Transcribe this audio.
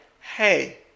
hey